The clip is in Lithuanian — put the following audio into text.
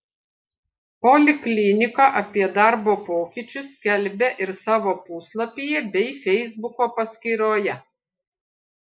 poliklinika apie darbo pokyčius skelbia ir savo puslapyje bei feisbuko paskyroje